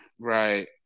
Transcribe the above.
Right